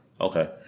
Okay